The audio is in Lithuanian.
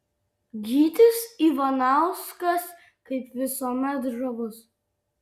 gytis ivanauskas kaip visuomet žavus